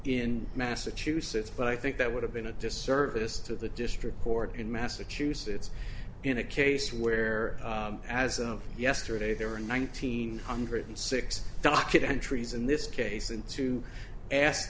in massachusetts but i think that would have been a disservice to the district court in massachusetts in a case where as of yesterday there were nineteen hundred and six docket entries in this case and to ask